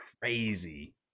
crazy